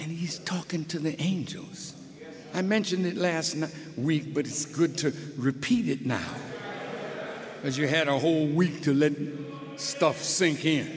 and he's talking to the angels i mentioned it last night week but it's good to repeat it now as you had a whole week to learn stuff sinking